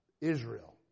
Israel